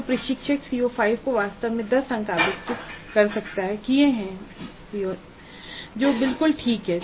तो प्रशिक्षक ने CO5 को वास्तव में 10 अंक आवंटित किए हैं जो बिल्कुल ठीक है